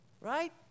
right